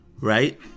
Right